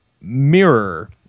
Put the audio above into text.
mirror